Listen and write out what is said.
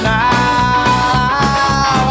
now